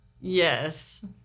yes